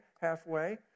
halfway